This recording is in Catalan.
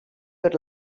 per